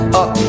up